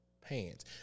pants